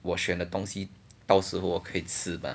我选的东西到时候我可以吃吗